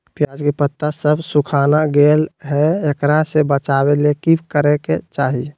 प्याज के पत्ता सब सुखना गेलै हैं, एकरा से बचाबे ले की करेके चाही?